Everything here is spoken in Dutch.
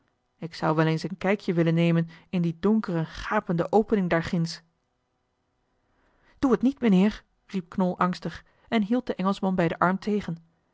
ik zou wel eens een kijkje willen nemen in die donkere gapende opening daar ginds doe het niet mijnheer riep knol angstig en hield den engelschman bij den arm tegen